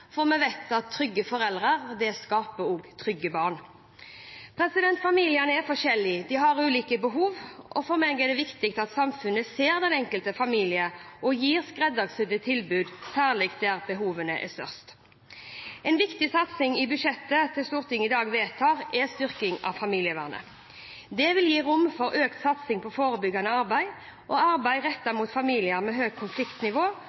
for vi vet at trygge foreldre også skaper trygge barn. Familier er forskjellige, og de har ulike behov. For meg er det viktig at samfunnet ser den enkelte familie og gir skreddersydde tilbud, særlig der behovene er størst. En viktig satsing i budsjettet som Stortinget i dag vedtar, er styrkingen av familievernet. Det vil gi rom for økt satsing på forebyggende arbeid, arbeid rettet mot familier med høyt konfliktnivå